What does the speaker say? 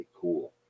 cool